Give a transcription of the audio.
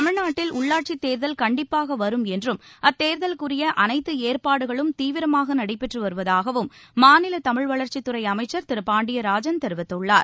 தமிழ்நாட்டில் உள்ளாட்சித் தேர்தல் கண்டிப்பாக வரும் என்றும் அத்தேர்தலுக்குரிய அனைத்து ஏற்பாடுகளும் தீவிரமாக நடைபெற்று வருவதாகவும் மாநில தமிழ் வளர்ச்சித்துறை அமைச்சர் திரு ம ஃபா பாண்டியராஜன் தெரிவித்துள்ளார்